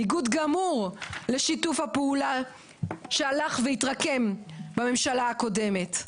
זה בניגוד גמור לשיתוף הפעולה שהלך ונרקם בממשלה הקודמת.